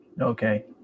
Okay